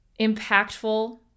impactful